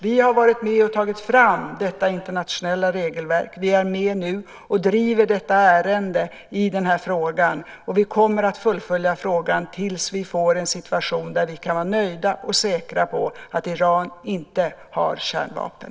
Vi har varit med och tagit fram detta internationella regelverk. Vi är med nu och driver detta ärende i den här frågan, och vi kommer att följa frågan tills vi får en situation där vi kan vara nöjda och säkra på att Iran inte har kärnvapen.